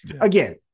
again